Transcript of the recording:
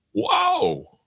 Whoa